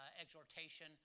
exhortation